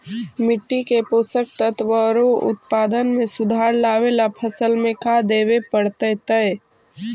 मिट्टी के पोषक तत्त्व और उत्पादन में सुधार लावे ला फसल में का देबे पड़तै तै?